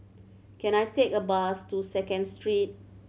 can I take a bus to Second Street